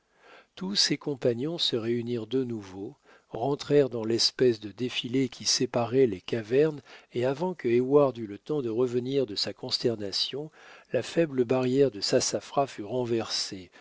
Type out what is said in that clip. tous ses compagnons se réunirent de nouveau rentrèrent dans l'espèce de défilé qui séparait les cavernes et avant que heyward eût le temps de revenir de sa consternation la faible barrière de sassafras fut renversée